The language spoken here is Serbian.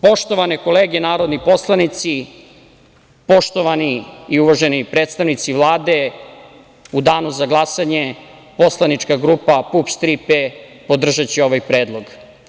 Poštovane kolege narodni poslanici, poštovani i uvaženi predstavnici Vlade, u danu za glasanje poslanička grupa PUPS – „Tri P“ podržaće ovaj predlog.